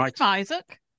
Isaac